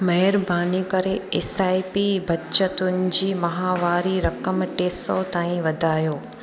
महिरबानी करे एसआईपी बचतुनि जी माहावारी रक़म टे सौ ताईं वधायो